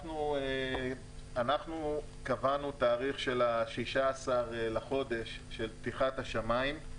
אנחנו קבענו תאריך של 16 לחודש של פתיחת השמיים.